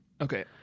Okay